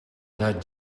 that